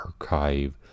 archive